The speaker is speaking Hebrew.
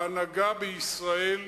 ההנהגה בישראל,